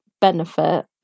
benefit